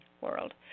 world